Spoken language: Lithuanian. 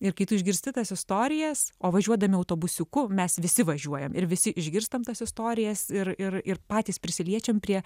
ir kai tu išgirsti tas istorijas o važiuodami autobusiuku mes visi važiuojam ir visi išgirstam tas istorijas ir ir ir patys prisiliečiam prie